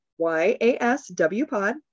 YASWpod